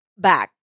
back